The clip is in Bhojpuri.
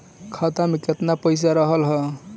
खाता में केतना पइसा रहल ह?